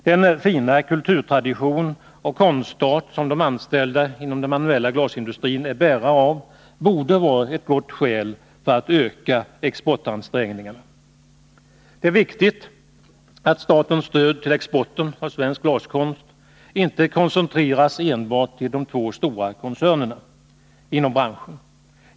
Den fina kulturtradition och konstart som de anställda inom den manuella glasindustrin är bärare av borde vara ett gott motiv för att öka exportansträngningarna. Det är dock viktigt att statens stöd till exporten av svensk glaskonst inte koncentreras enbart till de två stora koncernerna inom branschen.